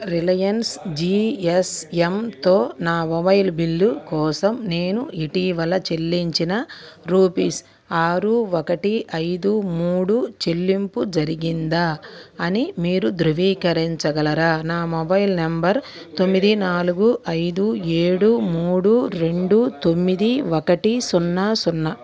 Reliance G S ఎమ్తో నా mobile bill కోసం నేను ఇటీవల చెల్లించిన రూపీస్ ఆరు ఒకటి ఐదు మూడు చెల్లింపు జరిగిందా అని మీరు ధృవీకరించగలరా నా మొబైల్ నెంబర్ తొమ్మిది నాలుగు ఐదు ఏడు మూడు రెండు తొమ్మిది ఒకటి సున్నా సున్నా